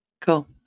Cool